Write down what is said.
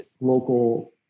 local